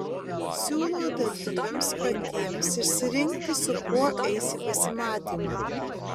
siūlo dalyviams patiems išsirinkti su kuo eis į pasimatymą